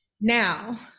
Now